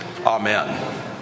amen